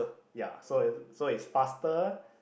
ya so is so is faster